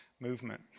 movement